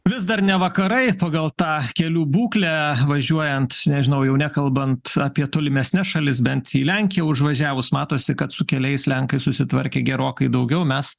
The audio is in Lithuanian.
vis dar ne vakarai pagal tą kelių būklę važiuojant nežinau jau nekalbant apie tolimesnes šalis bent į lenkiją užvažiavus matosi kad su keliais lenkais susitvarkė gerokai daugiau mes